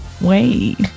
Wait